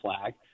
flag